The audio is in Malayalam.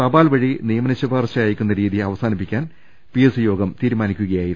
തപാൽ വഴി നിയമ ശുപാർശ അയക്കുന്ന രീതി അവസാനിപ്പി ക്കാൻ പിഎസ്സി യോഗം തീരുമാനിക്കുകയായിരുന്നു